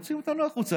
הוא מוציא אותנו החוצה.